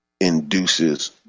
induces